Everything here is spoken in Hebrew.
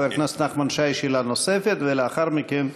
חבר הכנסת נחמן שי, שאלה נוספת, ולאחר מכן,